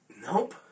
Nope